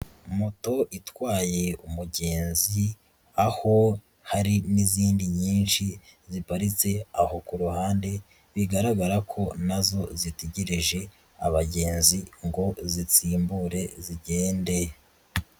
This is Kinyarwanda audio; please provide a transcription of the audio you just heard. Moto itwaye umugenzi aho hari n'izindi nyinshi ziparitse aho ku ruhande, bigaragara ko na zo zitegereje abagenzi ngo zitsimbure zigende.